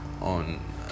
on